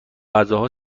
کاغذها